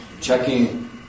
Checking